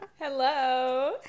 Hello